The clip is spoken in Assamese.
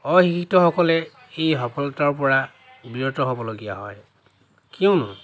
অশিক্ষিতসকলে এই সফলতাৰ পৰা বিৰত হ'বলগীয়া হয় কিয়নো